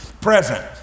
present